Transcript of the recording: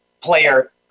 player